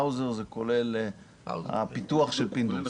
האוזר פלוס הפיתוח של פינדרוס והורוביץ.